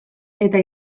eta